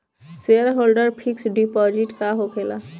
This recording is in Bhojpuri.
सेयरहोल्डर फिक्स डिपाँजिट का होखे ला?